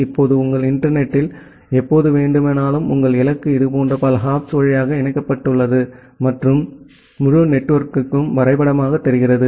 இப்போது உங்கள் இன்டர்நெட் த்தில் எப்போது வேண்டுமானாலும் உங்கள் இலக்கு இதுபோன்ற பல ஹாப்ஸ் வழியாக இணைக்கப்பட்டுள்ளது மற்றும் முழு நெட்வொர்க்கும் வரைபடமாகத் தெரிகிறது